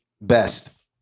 best